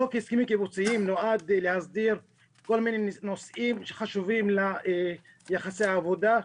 חוק הסכמים קיבוציים נועד להסדיר כל מיני נושאים חשובים ליחסי העבודה,